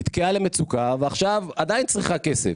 נתקעה למצוקה ועכשיו עדיין צריכה כסף,